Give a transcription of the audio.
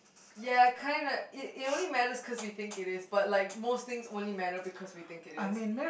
ya kinda it it only matters cause we think it is but like most things only matter because we think it is